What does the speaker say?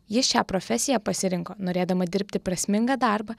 jis šią profesiją pasirinko norėdama dirbti prasmingą darbą